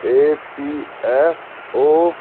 A P F O